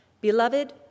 Beloved